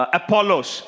apollos